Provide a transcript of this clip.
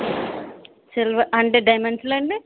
సిల్వ అంటే డైమండ్స్లో అండి